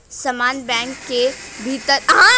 समान बैंक के भीतर अंतरण किस प्रकार का होता है?